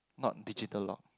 not digital lock